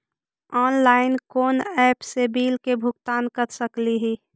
Online कोन app से bill के भुगतान कर सकली ही?